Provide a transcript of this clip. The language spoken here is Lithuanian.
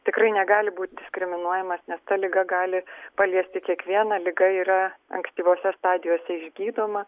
tikrai negali būti diskriminuojamas nes ta liga gali paliesti kiekvieną liga yra ankstyvose stadijose išgydoma